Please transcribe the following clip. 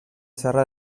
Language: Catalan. serra